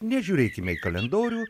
nežiūrėkime į kalendorių